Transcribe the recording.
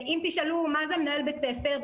אם תשאלו מה זה מנהל בית ספר,